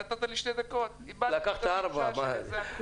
נתת לי שתי דקות, איבדתי את התחושה שלי, זה הכול.